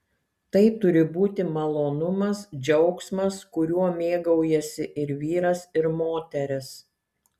tai turi būti malonumas džiaugsmas kuriuo mėgaujasi ir vyras ir moteris